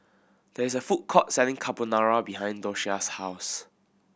there is a food court selling Carbonara behind Doshia's house